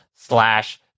slash